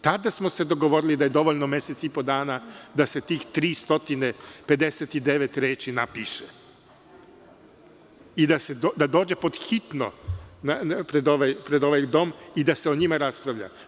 Tada smo se dogovorili da je dovoljno mesec i po dana da se tih 359 reči napiše i da dođe pod hitno pred ovaj Dom i da se o njima raspravlja.